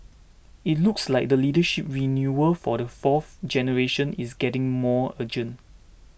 it looks like the leadership renewal for the fourth generation is getting more urgent